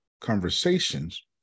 conversations